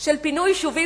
של פינוי יישובים,